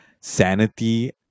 sanity